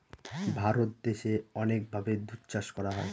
ভারত দেশে অনেক ভাবে দুধ চাষ করা হয়